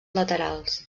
laterals